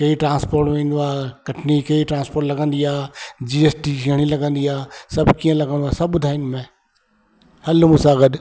कहिड़ी ट्रांस्पोट में ईंदो आहे कटनी कहिड़ी ट्रांस्पोट लॻंदी आहे जी एस टी घणी लॻंदी आहे सभु कीअं लॻंदो आहे सभु ॿुधाईंदोमाव हल मूंसां गॾु